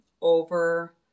over